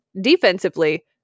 defensively